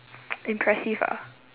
impressive ah